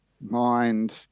mind